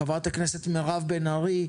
חברת הכנסת מירב בן ארי,